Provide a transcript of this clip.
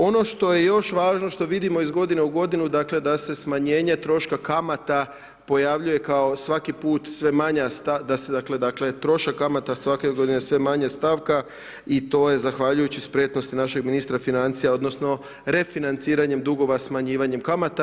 Ono što je još važno što vidimo iz godine u godinu dakle da se smanjenje troška kamata pojavljuje kao svaki put sve manja stavka, dakle trošak kamata svake godine je sve manja stavka i to je zahvaljujući spretnosti našeg ministra financija odnosno refinanciranjem dugova smanjivanjem kamata.